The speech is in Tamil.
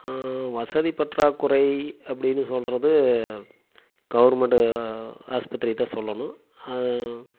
வசதி பற்றாக்குறை அப்படினு சொல்கிறது கவர்மெண்ட்டு ஆஸ்பத்திரி தான் சொல்லணும்